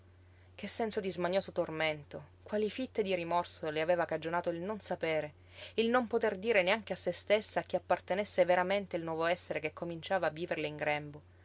che senso di smanioso tormento quali fitte di rimorso le aveva cagionato il non sapere il non poter dire neanche a se stessa a chi appartenesse veramente il nuovo essere che cominciava a viverle in grembo